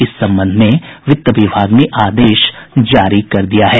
इस संबंध में वित्त विभाग ने आदेश जारी कर दिया है